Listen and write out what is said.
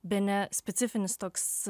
bene specifinis toks